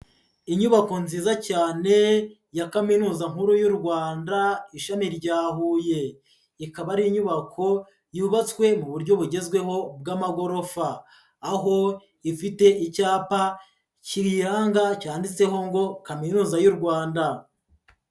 Inyubako nziza cyane ya Kaminuza nkuru y'u Rwanda ishami rya Huye, ikaba ari inyubako yubatswe mu buryo bugezweho bw'amagorofa, aho ifite icyapa kiyiranga cyanditseho ngo Kaminuza y'u Rwanda.